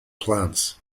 plants